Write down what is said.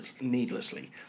needlessly